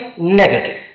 negative